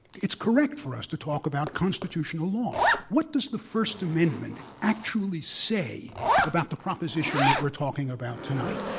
it's correct for us to talk about constitutional law. what does the first amendment actually say about the proposition that we're talking about tonight?